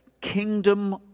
kingdom